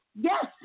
Yes